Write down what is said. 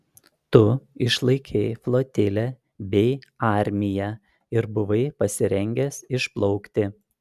tu išlaikei flotilę bei armiją ir buvai pasirengęs išplaukti